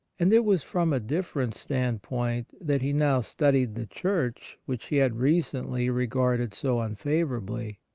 and it was from a different standpoint that he now studied the church which he had recently regarded so unfavourably.